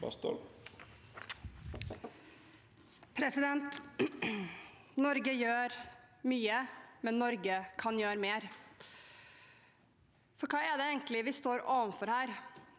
Norge gjør mye, men Norge kan gjøre mer. Hva er det egentlig vi står overfor her?